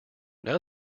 now